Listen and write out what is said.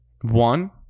One